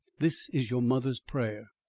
this is your mother's prayer.